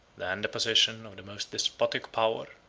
than the possession of the most despotic power,